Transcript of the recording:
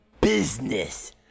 business